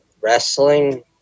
Wrestling